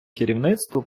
керівництво